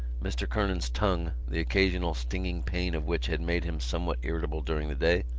mr. kernan's tongue, the occasional stinging pain of which had made him somewhat irritable during the day,